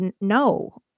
no